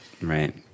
Right